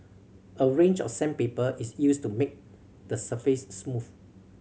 a range of sandpaper is used to make the surface smooth